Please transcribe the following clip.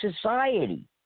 society